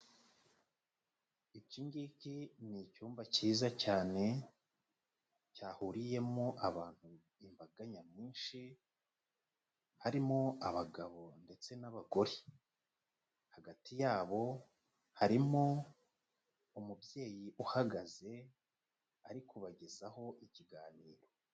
Iki ngiki ni icyumba kiza cyane cyahuriyemo abantu, ni imbaga nyamwinshi, harimo abagabo ndetse n'abagore. Hagati yabo harimo umubyeyi uhagaze ari kubagezaho ikiganiro.